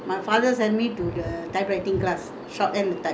ah everyday go for because I was bored